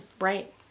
Right